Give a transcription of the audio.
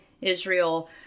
Israel